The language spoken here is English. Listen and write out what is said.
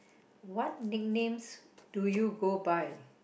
what nicknames do you go by